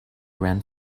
ran